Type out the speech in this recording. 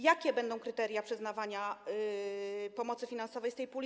Jakie będą kryteria przyznawania pomocy finansowej z tej puli?